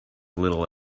little